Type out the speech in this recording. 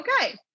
okay